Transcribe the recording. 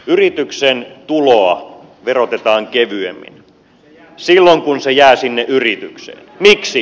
yrityksen tuloa verotetaan kevyemmin silloin kun se jää sinne yritykseen